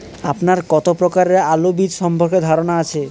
আপনার কত প্রকারের আলু বীজ সম্পর্কে ধারনা আছে?